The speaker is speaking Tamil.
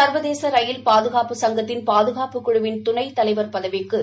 சர்வதேசரயில் பாதுகாப்பு சங்கத்தின் பாதுகாப்பு சுழுவின் துணைத்தலைவர் பதவிக்கு